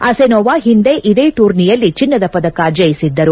Asenova ಹಿಂದೆ ಇದೇ ಟೂರ್ನಿಯಲ್ಲಿ ಚಿನ್ನದ ಪದಕ ಜಯಿಸಿದ್ದರು